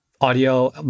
audio